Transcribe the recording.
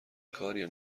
کاریه